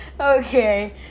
Okay